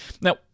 Now